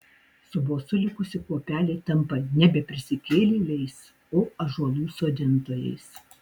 su bosu likusi kuopelė tampa nebe prisikėlėliais o ąžuolų sodintojais